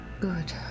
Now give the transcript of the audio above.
Good